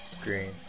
green